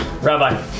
Rabbi